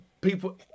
people